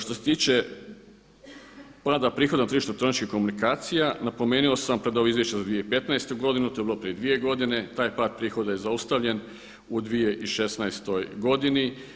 Što se tiče pada prihoda na tržištu elektroničkih komunikacija napomenuo sam pred ovo Izvješće za 2015. godinu, to je bilo prije 2 godine, taj pad prihoda je zaustavljen u 2016. godini.